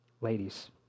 Ladies